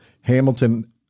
Hamilton